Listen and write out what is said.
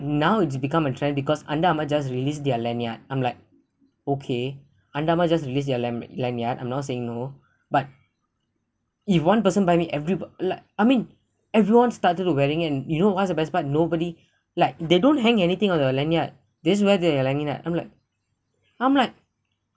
now it's become a trend because under armour just released their lanyard I'm like okay under armour just released their lam~ lanyard I'm not saying no but if one person buy me everyone I mean everyone started to wearing it and you know what's the best part nobody like they don't hang anything on the lanyard they just wear their lanyard like I'm like